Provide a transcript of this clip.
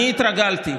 אני התרגלתי,